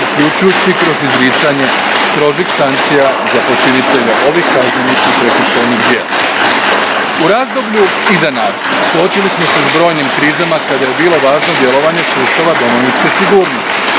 uključujući i kroz izricanje strožih sankcija za počinitelje ovih kaznenih i prekršajnih djela. U razdoblju iza nas, suočili smo se s brojnim krizama kada je bilo važno djelovanje sustava domovinske sigurnosti